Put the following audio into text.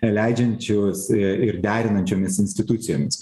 leidžiančius ir derinančiomis institucijomis